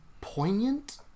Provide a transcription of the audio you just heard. poignant